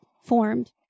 formed